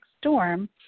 storm